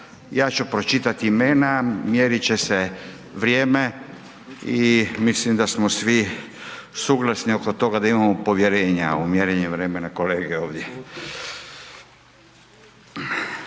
ja ću pročitati imena, mjerit će vrijeme i mislim da smo svi suglasni oko toga imamo povjerenja u mjerenje vremena kolege ovdje.